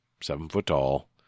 seven-foot-tall